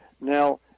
Now